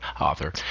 author